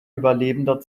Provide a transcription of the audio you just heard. überlebender